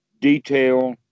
detail